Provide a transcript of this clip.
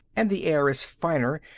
and the air is finer,